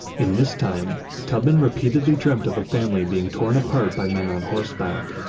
in this time, tubman repeatedly dreamt of a family being torn apart by men on horseback,